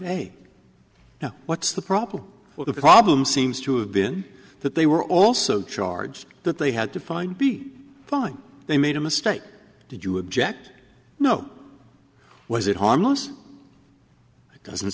now what's the problem or the problem seems to have been that they were also charged that they had to find be fine they made a mistake did you object no was it harmless it doesn't